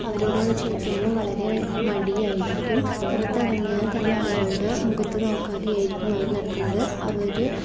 അവരോട് ഒന്ന് ചിരിക്കാനോ വളരെ മടിയായിരിക്കും പുറത്തിറങ്ങിയാൽ തന്നെ ആളുകളുടെ മുഖത്ത് നോക്കാതെ ആയിരിക്കും അവർ നടക്കുന്നത് അവർ